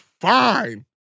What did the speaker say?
fine